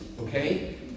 okay